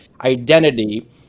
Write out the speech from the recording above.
identity